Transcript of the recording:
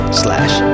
slash